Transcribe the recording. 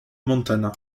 montana